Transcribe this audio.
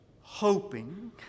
hoping